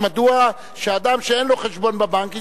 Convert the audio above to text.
מדוע אדם שאין לו חשבון בבנק יסבול?